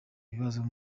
ibibazo